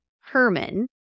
Herman